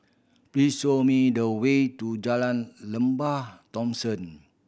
please show me the way to Jalan Lembah Thomson